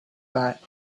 that